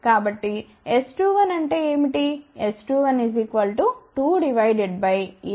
కాబట్టిS21అంటే ఏమిటి